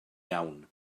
iawn